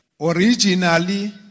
originally